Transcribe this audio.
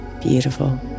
beautiful